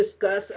discuss